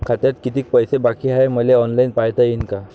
खात्यात कितीक पैसे बाकी हाय हे मले ऑनलाईन पायता येईन का?